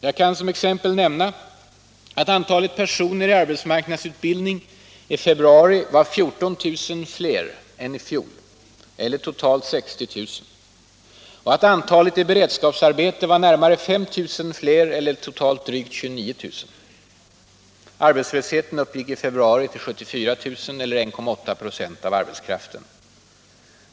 Man kan som exempel nämna att antalet personer i arbetsmarknadsutbildning i februari var 14 000 fler än i fjol eller totalt 60 000 och att antalet i beredskapsarbete var närmare 5 000 fler eller totalt drygt 29000. Arbetslösheten uppgick i februari till 74 000 eller 1,8 4 av arbetskraften.